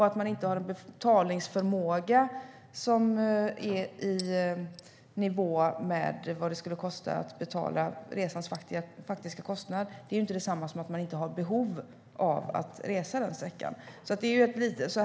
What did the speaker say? Att inte ha en betalningsförmåga som är nivå med vad det skulle kosta att betala resans faktiska kostnad är ju inte detsamma som att man inte har behov av att resa på sträckan.